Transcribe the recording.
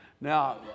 Now